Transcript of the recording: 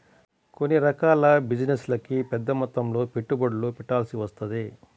కొన్ని రకాల బిజినెస్లకి పెద్దమొత్తంలో పెట్టుబడుల్ని పెట్టాల్సి వత్తది